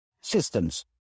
Systems